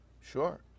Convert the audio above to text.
Sure